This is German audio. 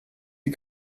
die